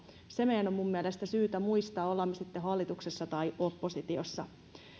se meidän on mielestäni syytä muistaa olemme me sitten hallituksessa tai oppositiossa